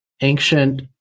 ancient